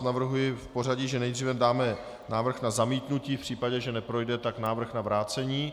Navrhuji v pořadí, že nejdříve návrh na zamítnutí, v případě, že neprojde, tak návrh na vrácení.